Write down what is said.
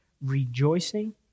rejoicing